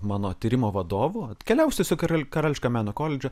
mano tyrimo vadovu atkeliavusių tiesiog į karališką meno koledžą